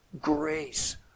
grace